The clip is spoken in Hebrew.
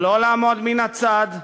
לא לעמוד מן הצד,